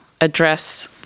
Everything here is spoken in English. address